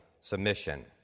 submission